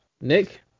Nick